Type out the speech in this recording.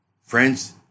friends